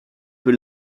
peu